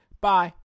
bye